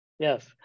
Yes